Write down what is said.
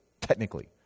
technically